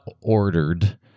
ordered